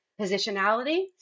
positionality